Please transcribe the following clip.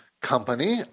Company